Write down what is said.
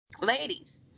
ladies